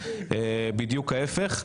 בדיוק ההפך.